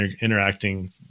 interacting